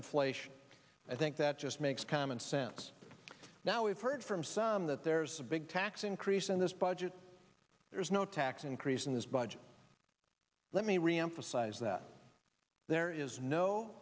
inflation i think that just makes common sense now we've heard from some that there's a big tax increase in this budget there's no tax increase in this budget let me reemphasize that there is no